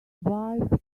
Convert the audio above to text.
wife